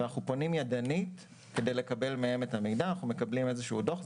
אנחנו פונים ידנית כדי לקבל מהם את המידע ואנחנו מקבלים איזשהו דוח.